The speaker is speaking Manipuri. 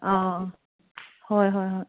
ꯑꯥ ꯍꯣꯏ ꯍꯣꯏ ꯍꯣꯏ